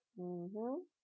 mmhmm